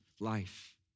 life